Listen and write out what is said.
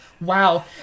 Wow